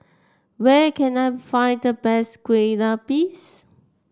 where can I find the best Kueh Lupis